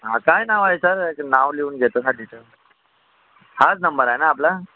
हां काय नावा आहे सर ते नाव लिहून घेतो हां डिटेल हाच नंबर आहे ना आपला